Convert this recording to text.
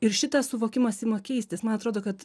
ir šitas suvokimas ima keistis man atrodo kad